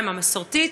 המסורתית,